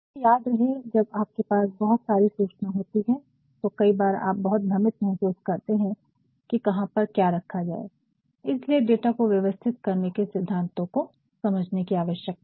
परंतु याद रहे जब आपके पास बहुत सारी सूचना होती है तो कई बार आप बहुत भ्रमित महसूस करते हैं कि कहां पर क्या रखा जाए इसीलिए डाटा को व्यवस्थित करने के सिद्धांतों को समझने की आवश्यकता है